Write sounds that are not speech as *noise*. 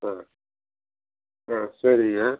*unintelligible* ம் சரிங்க